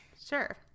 Sure